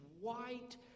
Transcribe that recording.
white